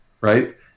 right